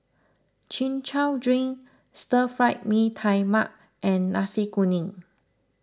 Chin Chow Drink Stir Fry Mee Tai Mak and Nasi Kuning